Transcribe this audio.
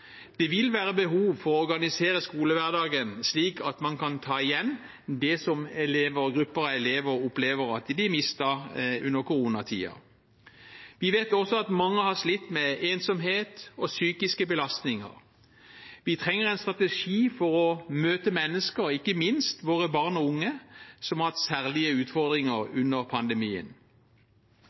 det tapte. Det vil være behov for å organisere skolehverdagen slik at man kan ta igjen det grupper av elever opplever at de mistet under koronatiden. Vi vet også at mange har slitt med ensomhet og psykiske belastninger. Vi trenger en strategi for å møte mennesker – ikke minst våre barn og unge, som har hatt særlige utfordringer under pandemien.